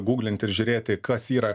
guglinti ir žiūrėti kas yra